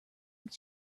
ink